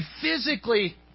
physically